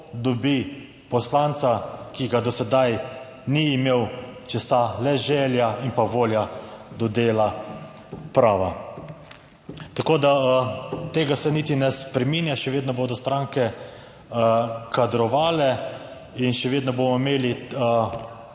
dobi poslanca, ki ga do sedaj ni imel, če sta le želja in volja do dela prava. Tako da tega se niti ne spreminja, še vedno bodo stranke kadrovale in še vedno bomo imeli